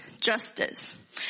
justice